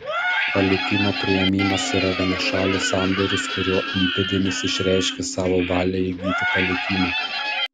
palikimo priėmimas yra vienašalis sandoris kuriuo įpėdinis išreiškia savo valią įgyti palikimą